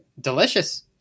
Delicious